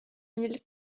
mille